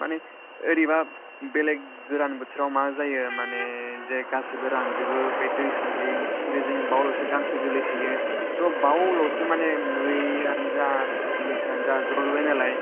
माने ओरैबा बेलेख गोरान बोथोराव मा जायो माने जे गासिबो रानजोबो बे दैसा जिं फुख्रि जिं बावल'सो गांसो गोरलै थायो स' बावल'सो माने मैयानो जा मैसोयानो जा ज'ज'नुयो नालाय